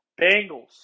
Bengals